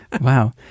wow